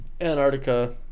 antarctica